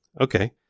Okay